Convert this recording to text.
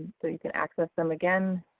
so you can access them again,